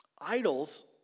Idols